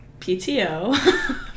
PTO